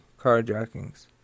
carjackings